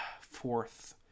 fourth